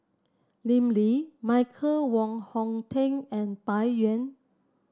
Lim Lee Michael Wong Hong Teng and Bai Yan